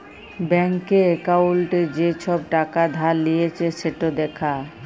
ব্যাংকে একাউল্টে যে ছব টাকা ধার লিঁয়েছে সেট দ্যাখা